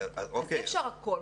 אי אפשר הכול.